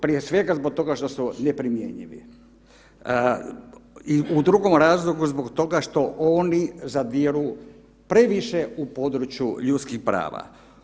Prije svega zbog toga što su neprimjenjivi i u drugom razlogu zbog toga što oni zadiru previše u područje ljudskih prava.